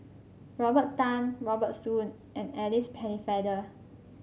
Robert Tan Robert Soon and Alice Pennefather